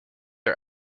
are